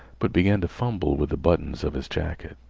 but began to fumble with the buttons of his jacket.